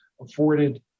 afforded